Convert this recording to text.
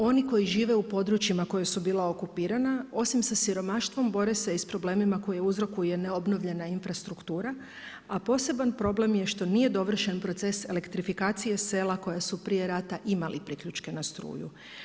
Oni koji žive u područjima koja su bila okupirana osim sa siromaštvo bore se i sa problemima koje uzrokuje neobnovljena infrastruktura a poseban problem je što nije dovršen proces elektrifikacije sela koja su prije rata imala priključke na struju.